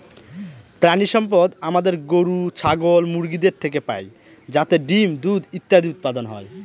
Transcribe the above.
প্রানীসম্পদ আমাদের গরু, ছাগল, মুরগিদের থেকে পাই যাতে ডিম, দুধ ইত্যাদি উৎপাদন হয়